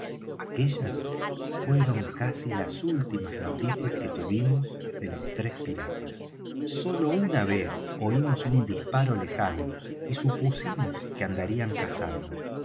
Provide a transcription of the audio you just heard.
aquellas fueron casi las últimas noticias que tuvimos de los tres piratas sólo una vez oímos un disparo lejano y supusimos que andarían cazando